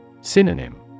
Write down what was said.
Synonym